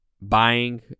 buying